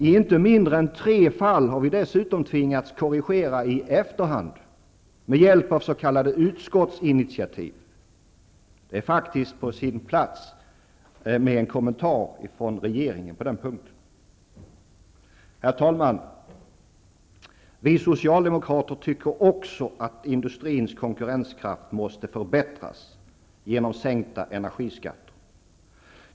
I inte mindre än tre fall har vi dessutom tvingats korrigera i efterhand med hjälp av s.k. utskottsinitiativ. Det är faktiskt på sin plats med en kommentar från regeringen på den punkten. Herr talman! Vi socialdemokrater tycker också att industrins konkurrenskraft måste förbättras genom sänkta energiskatter.